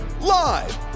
live